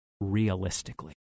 realistically